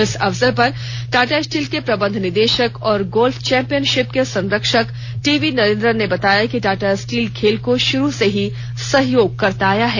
इस अवसर पर टाटा स्टील के प्रबंध निदेशक और गोल्फ चौंपियनशिप के संरक्षक टी वी नरेंद्रन ने बताया कि टाटा स्टील खेल को शुरू से ही सहयोग करता आया है